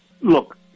Look